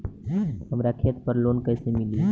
हमरा खेत पर लोन कैसे मिली?